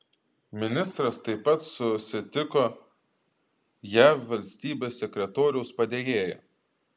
ministras taip pat susitiko jav valstybės sekretoriaus padėjėja